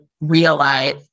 realize